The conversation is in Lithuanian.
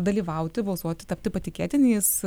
dalyvauti balsuoti tapti patikėtiniais